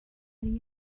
قریب